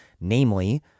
namely